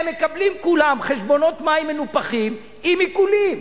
הם מקבלים כולם חשבונות מים מנופחים עם עיקולים.